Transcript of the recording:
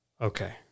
okay